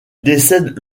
décède